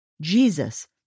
Jesus